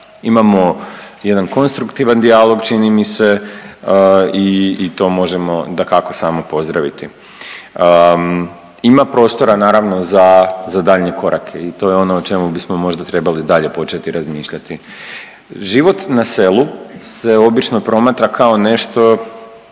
Imamo jedan konstruktivan dijalog čini mi se i to možemo dakako samo pozdraviti. Ima prostora naravno za daljnje korake i to je ono o čemu bismo možda trebali dalje početi razmišljati. Život na selu se obično promatra kao nešto